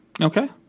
okay